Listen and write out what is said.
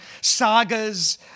sagas